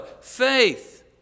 Faith